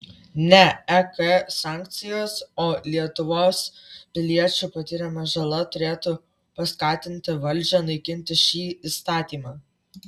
ne ek sankcijos o lietuvos piliečių patiriama žala turėtų paskatinti valdžią naikinti šį įstatymą